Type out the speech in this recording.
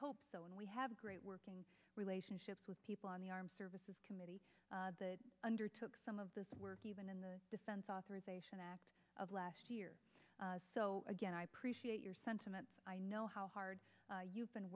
hope so and we have a great working relationship with people on the armed services committee undertook some of this work even in the defense authorization act of last year so again i appreciate your sentiment i know how hard you've been